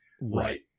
Right